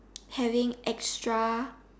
having extra